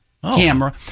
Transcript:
Camera